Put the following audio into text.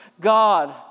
God